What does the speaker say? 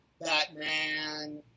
Batman